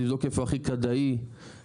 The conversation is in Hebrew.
תבדוק איפה הכי כדאי לעשות,